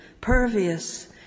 pervious